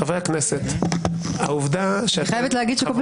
חברי הכנסת --- אני חייבת להגיד שכל פעם